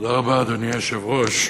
אדוני היושב-ראש,